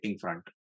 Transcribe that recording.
front